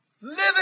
Living